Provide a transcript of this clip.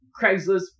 Craigslist